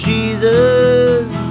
Jesus